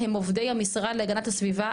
הם עובדי המשרד להגנת הסביבה,